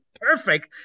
perfect